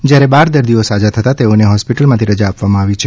જયારે બાર દર્દીઓ સાજા થતાં તેઓને હોસ્પીટલોમાંથી રજા આપવામાં આવી છે